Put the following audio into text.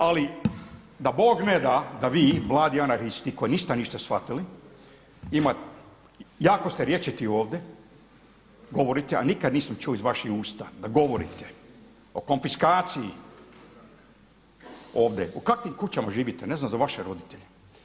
Ali da Bog ne da da vi mladi anarhisti koji ništa niste shvatili jako ste rječiti ovdje govorite, a nikad nisam čuo iz vaših usta da govorite o konfinaciji ovdje u kakvim kućama živite, ne znam za vaše roditelje.